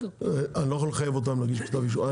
אני לא יכול לחייב אותם להגיש כתב אישום.